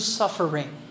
suffering